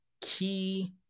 key